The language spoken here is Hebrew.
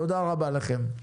תודה רבה לכם.